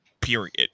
Period